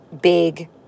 big